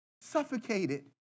suffocated